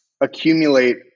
accumulate